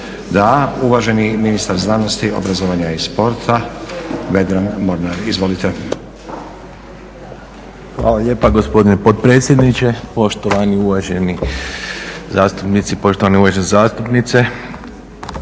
Da. Uvaženi ministar znanosti, obrazovanja i sporta Vedran Mornar. Izvolite. **Mornar, Vedran** Hvala lijepa gospodine potpredsjedniče, poštovani uvaženi zastupnici, poštovane uvažene zastupnice.